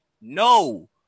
no